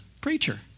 preacher